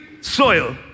soil